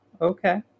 okay